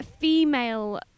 female